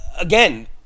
again